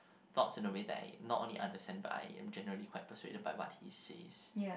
thoughts in a way that I not only understand but I am generally quite persuaded by what he says